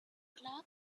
clark